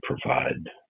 provide